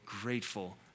grateful